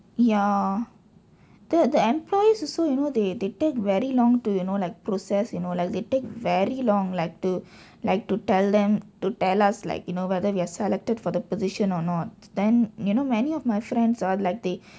ya the the employers also you know they they take very long to you know like process you know like they take very long letter like to like to tell them to tell us like you know whether we are selected for the position or not then you know many of my friends are like they